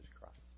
Christ